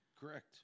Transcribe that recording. Correct